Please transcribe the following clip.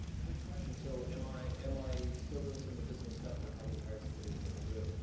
good question, so am i am i still doing some of the business stuff or have we hired somebody to help me do it?